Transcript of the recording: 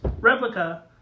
replica